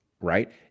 right